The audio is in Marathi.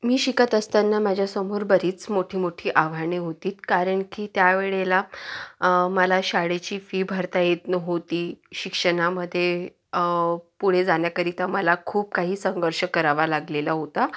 मी शिकत असताना माझ्यासमोर बरीच मोठी मोठी आव्हाने होती कारण की त्या वेळेला मला शाळेची फी भरता येत नव्हती शिक्षणामधे पुढे जाण्याकरिता मला खूप काही संघर्ष करावा लागलेला होता